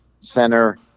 center –